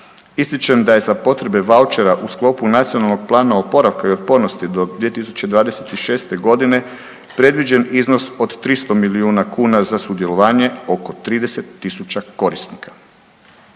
Ističem da je za potrebe vaučera u sklopu Nacionalnog plana oporavka i otpornosti do 2026. g. predviđen iznos od 300 milijuna kuna za sudjelovanje oko 30 tisuća korisnika.